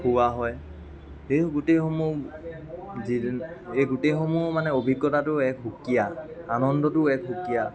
খুওৱা হয় এই গোটেইসমূহ যিদিন এই গোটেইসমূহ মানে অভিজ্ঞতাটো এক সুকীয়া আনন্দটোও এক সুকীয়া